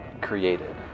created